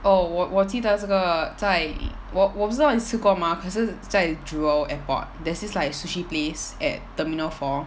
oh 我我记得这个在我我不知道你吃过吗可是在 jewel airport there's this like sushi place at terminal four